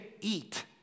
eat